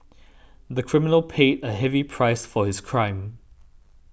the criminal paid a heavy price for his crime